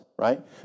right